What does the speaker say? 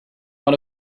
one